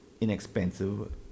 inexpensive